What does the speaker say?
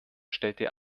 stellte